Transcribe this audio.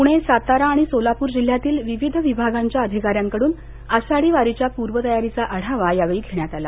पुर्णे सातारा आणि सोलापूर जिल्ह्यातील विविध विभागांच्या अधिकाऱ्याकडून आषाढी वारीच्या पूर्व तयारीचा आढावा यावेळी घेण्यात आला